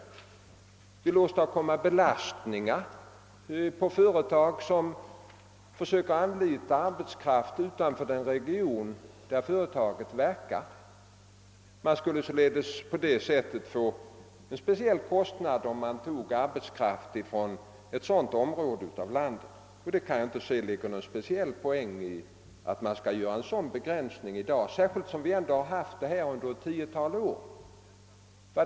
Han vill åstadkomma belastningar på företag som försöker anlita arbetskraft utanför den region där företaget verkar. Man skulle således få en speciell kostnad, om man tog arbetskraft från ett annat område i landet. Jag kan inte finna att det ligger någon speciell poäng i att göra en sådan begränsning i dag, särskilt som man har haft dessa förmåner under ett tiotal år.